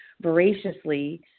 voraciously